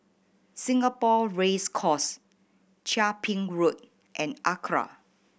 Singapore Race Course Chia Ping Road and ACRA